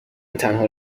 تنها